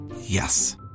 Yes